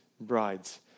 brides